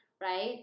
right